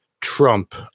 Trump